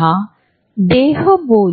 तयार करू शकतो